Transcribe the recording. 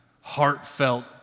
heartfelt